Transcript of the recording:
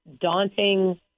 daunting